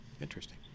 Interesting